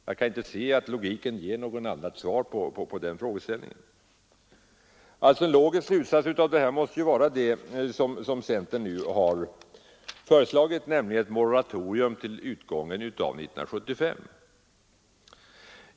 Jag kan inte se att logiken ger något annat svar på den frågeställningen. En logisk slutsats av detta måste som sagt vara det som centern föreslagit, nämligen ett moratorium till utgången av år 1975.